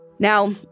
Now